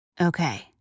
Okay